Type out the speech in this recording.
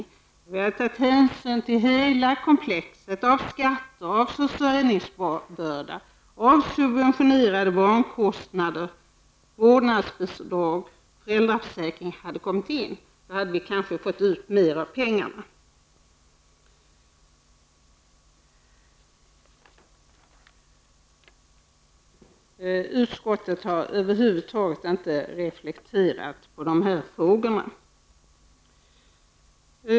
Det hade kanske varit bra om vi hade tagit hänsyn till hela komplexet av skatter, försörjningsbörda, subventionerade barnkostnader, vårdnadsbidrag och föräldraförsäkring. Då hade vi kanske fått ut mer av pengarna. Utskottet har över huvud taget inte reflekterat över dessa frågor.